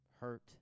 hurt